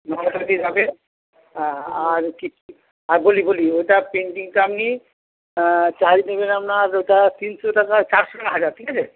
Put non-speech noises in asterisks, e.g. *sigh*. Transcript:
*unintelligible* আর কী আর বলি বলি ওইটা প্রিন্টিংটা আপনি চার্জ নেবেন আপনার ওইটা তিনশো টাকা চারশো *unintelligible* হাজার ঠিক আছে